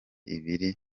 ibiri